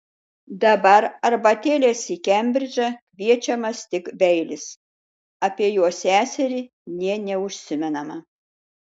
dabar arbatėlės į kembridžą kviečiamas tik beilis apie jo seserį nė neužsimenama